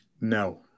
No